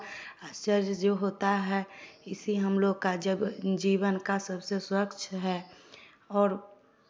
आश्चर्य जो होता है इसी हम लोग का जब जीवन का सबसे स्वच्छ है और